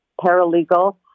paralegal